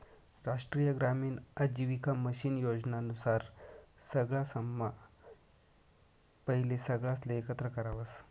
राष्ट्रीय ग्रामीण आजीविका मिशन योजना नुसार सगळासम्हा पहिले सगळासले एकत्र करावस